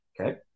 Okay